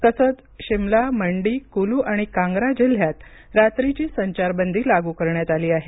तसंच शिमला मंडी कुलू आणि कांग्रा जिल्ह्यात रात्रीची संचारबंदी लागू करण्यात आली आहे